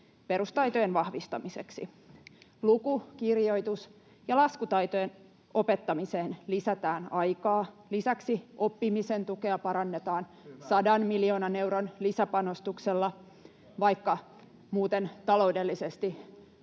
perustaitojen vahvistamiseksi: Luku-, kirjoitus- ja laskutaitojen opettamiseen lisätään aikaa. Lisäksi oppimisen tukea parannetaan [Ben Zyskowicz: Hyvä!] 100 miljoonan euron lisäpanostuksella, vaikka muuten taloudellisesti joudutaankin